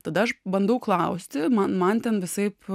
tada aš bandau klausti man man ten visaip